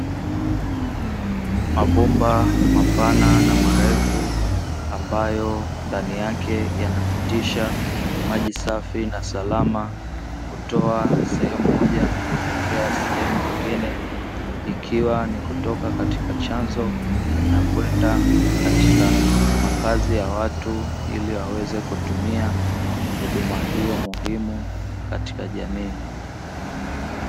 Mabomba mapana na marefu ambayo ndani yake yanapitisha maji safi na salama kutoa sehemu moja kuelekea sehemu nyingine, ikiwa ni kutoka katika chanzo na kwenda katika makazi ya watu ili waweze kutumia huduma hiyo muhimu katika jamii.